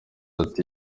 ati